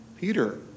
Peter